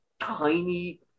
tiny